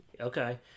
Okay